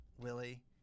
Willie